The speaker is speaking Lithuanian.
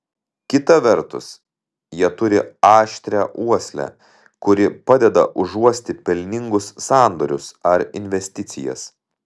kita vertus jie turi aštrią uoslę kuri padeda užuosti pelningus sandorius ar investicijas